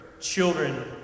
children